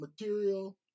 material